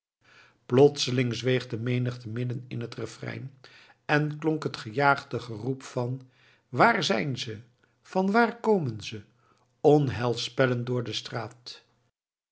plotseling zweeg de menigte midden in het refrein en klonk het gejaagde geroep van waar zijn ze vanwaar komen ze onheilspellend door de straat